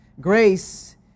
Grace